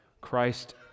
Christ